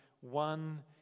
one